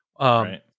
Right